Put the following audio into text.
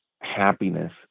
happiness